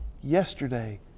yesterday